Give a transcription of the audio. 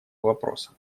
вопроса